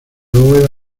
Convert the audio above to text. bóveda